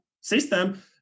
system